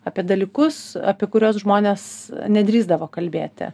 apie dalykus apie kuriuos žmonės nedrįsdavo kalbėti